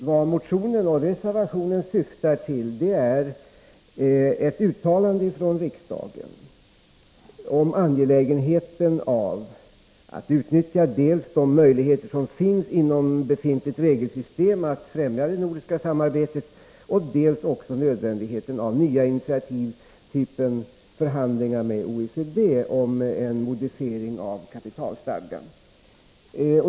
Vad motionen och reservationen syftar till är ett uttalande från riksdagen om dels angelägenheten av att utnyttja de möjligheter som finns inom befintligt regelsystem att främja det nordiska samarbetet, dels nödvändighe ten av nya initiativ av typen förhandlingar med OECD om en modifiering av kapitalstadgan.